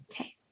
Okay